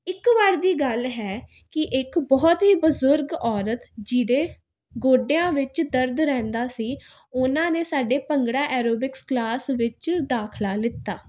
ਇੱਕ ਵਾਰ ਦੀ ਗੱਲ ਹੈ ਕਿ ਇੱਕ ਬਹੁਤ ਹੀ ਬਜ਼ੁਰਗ ਔਰਤ ਜਿਹਦੇ ਗੋਡਿਆਂ ਵਿੱਚ ਦਰਦ ਰਹਿੰਦਾ ਸੀ ਉਹਨਾਂ ਨੇ ਸਾਡੇ ਭੰਗੜਾ ਐਰੋਬਿਕਸ ਕਲਾਸ ਵਿੱਚ ਦਾਖਲਾ ਲਿਤਾ